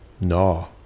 No